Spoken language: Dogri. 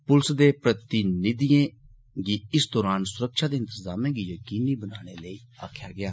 पुलस दे प्रतिनिधिएं गी इस दौरान सुरक्षा दे इन्तजामें गी यकीनी बनाने लेई आक्खेआ गेआ